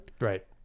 Right